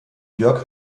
jörg